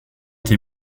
été